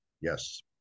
Yes